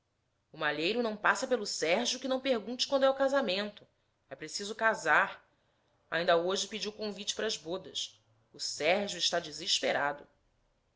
o malheiro não passa pelo sérgio que não pergunte quando é o casamento é preciso casar ainda hoje pediu convite para as bodas o sérgio esta desesperado